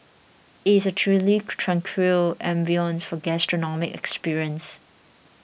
it is a truly tranquil ambience for gastronomic experience